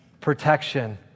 protection